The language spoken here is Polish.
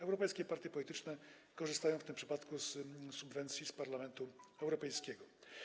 Europejskie partie polityczne korzystają w tym przypadku z subwencji z Parlamentu Europejskiego.